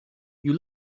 you